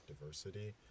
diversity